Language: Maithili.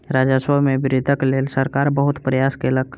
राजस्व मे वृद्धिक लेल सरकार बहुत प्रयास केलक